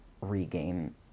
regain